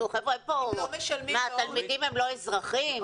התלמידים הם לא אזרחים?